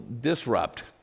disrupt